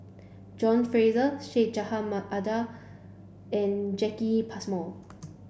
John Fraser Syed Jaafar Albar and Jacki Passmore